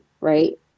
right